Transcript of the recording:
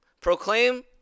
Proclaim